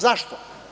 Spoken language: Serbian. Zašto?